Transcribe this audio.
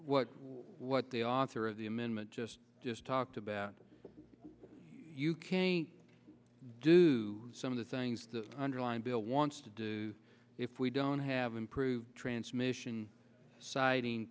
what the author of the amendment just just talked about you can do some of the things the underlying bill wants to do if we don't have improved transmission siting